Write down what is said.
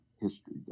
history